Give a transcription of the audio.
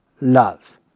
love